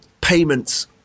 payments